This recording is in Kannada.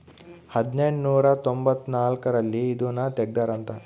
ಹದಿನೆಂಟನೂರ ತೊಂಭತ್ತ ನಾಲ್ಕ್ ರಲ್ಲಿ ಇದುನ ತೆಗ್ದಾರ ಅಂತ